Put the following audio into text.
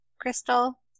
Crystal